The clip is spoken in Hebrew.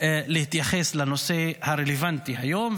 להתייחס לנושא הרלוונטי היום.